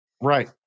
right